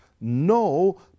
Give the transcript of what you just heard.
no